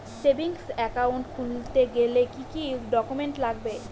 Savings account খুলতে গেলে কি কি ডকুমেন্টস লাগবে?